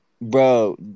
Bro